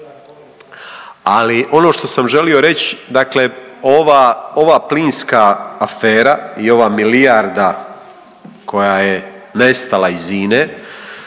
Ali ono što sam želio reći, dakle ova plinska afera i ova milijarda koja je nestala iz INA-e